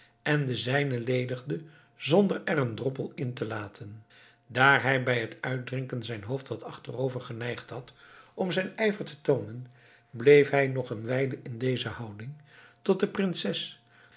en den zijnen ledigde zonder er een droppel in te laten daar hij bij het uitdrinken zijn hoofd wat achterover geneigd had om zijn ijver te toonen bleef hij nog een wijle in deze houding tot de prinses